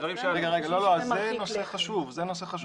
זה נושא חשוב.